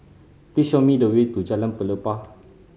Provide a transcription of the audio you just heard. please show me the way to Jalan Pelepah